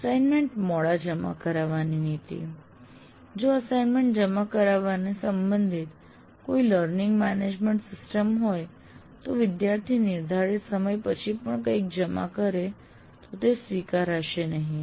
assignment મોડા જમા કરાવવાની નીતિ જો અસાઈનમનેટ જમા કરાવવાને સંબંધિત કોઈ લર્નિંગ મેનેજમેન્ટ સિસ્ટમ હોય તો વિદ્યાર્થી નિર્ધારિત સમય પછી કંઈપણ જમા કરે તો તે સ્વીકારશે નહિ